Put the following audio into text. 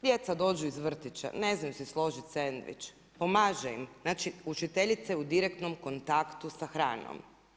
Djeca dođu iz vrtića, ne znaju si složiti sendvič, pomaže im, znači učiteljice u direktnom kontaktu sa hranom.